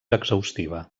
exhaustiva